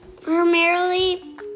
primarily